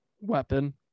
Weapon